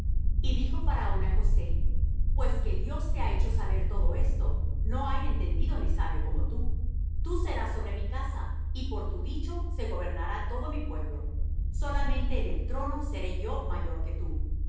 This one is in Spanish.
y dijo faraón á josé pues que dios te ha hecho saber todo esto no hay entendido ni sabio como tú tú serás sobre mi casa y por tu dicho se gobernará todo mi pueblo solamente en el trono seré yo mayor que tú